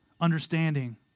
understanding